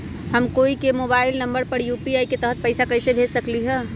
हम कोई के मोबाइल नंबर पर यू.पी.आई के तहत पईसा कईसे भेज सकली ह?